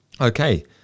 Okay